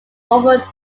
over